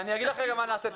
אני אגיד לך מה נעשה,